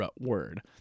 word